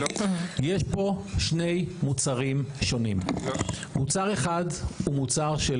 יש פה שני מוצרים שונים: מוצר אחד הוא מוצר של